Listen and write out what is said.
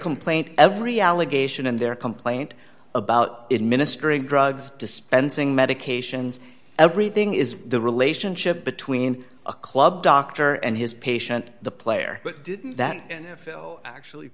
complaint every allegation and their complaint about it ministering drugs dispensing medications everything is the relationship between a club doctor and his patient the player but didn't that actually